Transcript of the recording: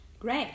Great